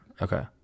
Okay